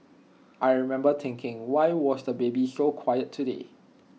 I remember thinking why was the baby so quiet today